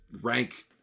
rank